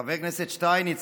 חבר הכנסת שטייניץ,